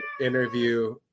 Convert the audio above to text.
interview